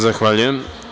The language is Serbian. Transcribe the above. Zahvaljujem.